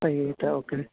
വൈകിട്ട് ഓക്കെ